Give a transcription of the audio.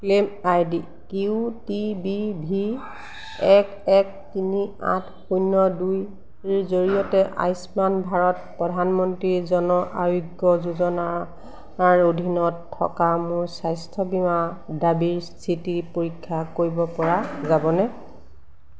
claim I D Q T B V এক এক তিনি আঠ শূণ্য দুইৰ জৰিয়তে আয়ুষ্মান ভাৰত প্ৰধানমন্ত্ৰী জন আয়োগ্য যোজনাৰ অধীনত থকা মোৰ স্বাস্থ্য বীমা দাবীৰ স্থিতি পৰীক্ষা কৰিব পৰা যাবনে